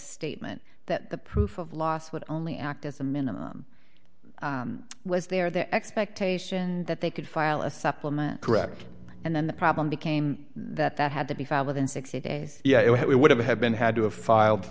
statement that the proof of loss would only act as a minimum was there the expectation that they could file a supplement correct and then the problem became that that had to be filed within sixty days yeah it would have been had to have filed